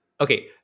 Okay